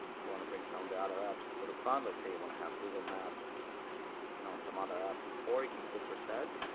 if you want to bring some of the other apps to the front let's say you want to have google maps you know on some other app or you can click reset.